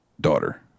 daughter